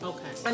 Okay